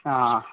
ہاں